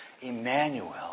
Emmanuel